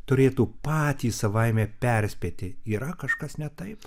turėtų patys savaime perspėti yra kažkas ne taip